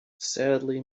sadly